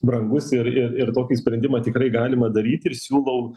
brangus ir ir ir tokį sprendimą tikrai galima daryt ir siūlau